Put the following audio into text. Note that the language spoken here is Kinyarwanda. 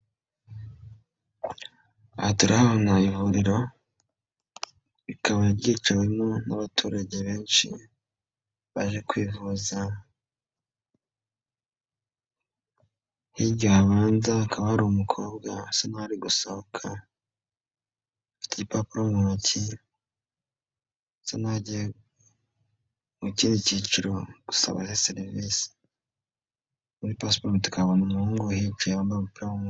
Aha turahabona ivuriro, rikaba ryiciwemo n'abaturage benshi baje kwivuza, hirya habanza hakaba hari umukobwa bisa nkaho ari gusohoka, afite igipapuro mu ntoki, bisa naho agiye mu kindi cyiciro gusaba serivisi. Muri pasiparumu tukahabona umuhungu uhicaye, wambaye umupira w'umukara.